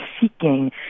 seeking